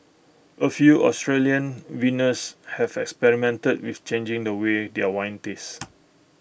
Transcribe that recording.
A few Australian vintners have experimented with changing the way their wines taste